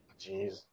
Jeez